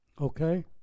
Okay